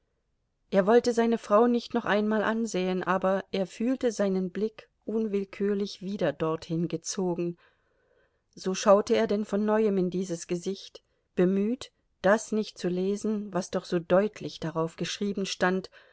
er wollte seine frau nicht noch einmal ansehen aber er fühlte seinen blick unwillkürlich wieder dorthin gezogen so schaute er denn von neuem in dieses gesicht bemüht das nicht zu lesen was doch so deutlich darauf geschrieben stand